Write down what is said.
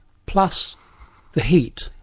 plus the heat,